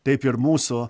taip ir mūsų